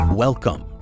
Welcome